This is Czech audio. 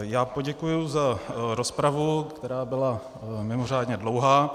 Já poděkuji za rozpravu, která byla mimořádně dlouhá.